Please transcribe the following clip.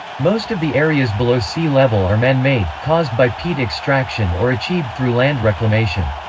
most of the areas below sea level are man-made, caused by peat extraction or achieved through land reclamation.